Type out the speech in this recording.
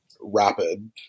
rapid